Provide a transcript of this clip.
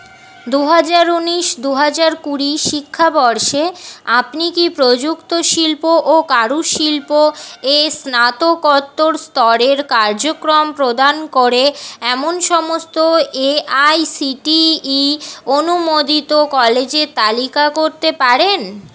দু হাজার উনিশ দু হাজার কুড়ি শিক্ষাবর্ষে আপনি কি প্রযুক্ত শিল্প ও কারুশিল্প এ স্নাতকোত্তর স্তরের কার্যক্রম প্রদান করে এমন সমস্ত A I C T E অনুমোদিত কলেজের তালিকা করতে পারেন